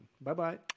Bye-bye